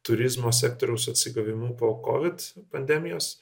turizmo sektoriaus atsigavimu po kovid pandemijos